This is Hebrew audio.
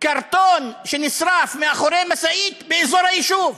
קרטון שנשרף מאחורי משאית באזור היישוב.